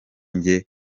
njye